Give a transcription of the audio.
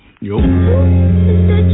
Yo